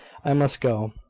i must go.